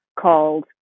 called